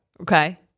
Okay